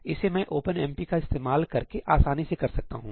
इसे मैं ओपनएमपी का इस्तेमाल करके आसानी से कर सकता हूं